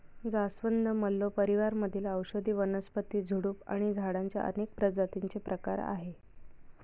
जास्वंद, मल्लो परिवार मधील औषधी वनस्पती, झुडूप आणि झाडांच्या अनेक प्रजातींचे प्रकार आहे